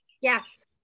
Yes